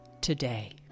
today